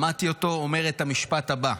שמעתי אותו אומר את המשפט הבא: